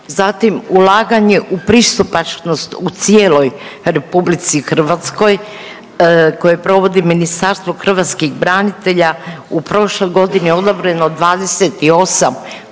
Zatim ulaganje u pristupačnost u cijeloj RH koje provodi Ministarstvo hrvatskih branitelja u prošloj godini je odobreno 28 projekata